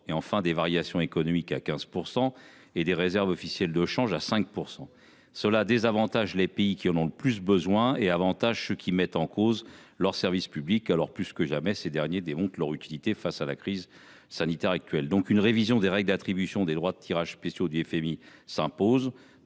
à 30 %, des variations économiques à 15 % et des réserves officielles de change à 5 %. Cela désavantage les pays qui en ont le plus besoin et bénéficie au contraire à ceux qui mettent en cause leurs services publics – alors même que ces derniers démontrent plus que jamais leur utilité face à la crise sanitaire actuelle. Une révision des règles d’attribution des droits de tirage spéciaux du FMI s’impose.